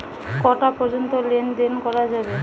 কটা পর্যন্ত লেন দেন করা যাবে?